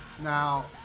Now